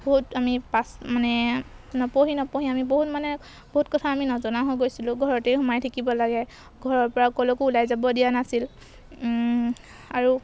বহুত আমি পাছ মানে নপঢ়ি নপঢ়ি আমি বহুত মানে বহুত কথা আমি নজনা হৈ গৈছিলোঁ ঘৰতেই সোমাই থাকিব লাগে ঘৰৰপৰা ক'লকো ওলাই যাব দিয়া নাছিল আৰু